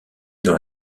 dans